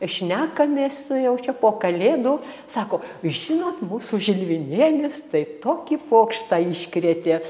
šnekamės jau čia po kalėdų sako žinot mūsų žilvinėlis tai tokį pokštą iškrėtė